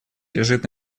лежит